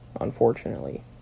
unfortunately